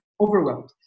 overwhelmed